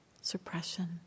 suppression